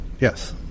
yes